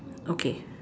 okay